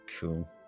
Cool